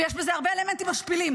ויש בזה הרבה אלמנטים משפילים.